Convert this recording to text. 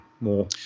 more